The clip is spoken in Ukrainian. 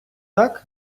так